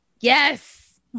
yes